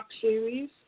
series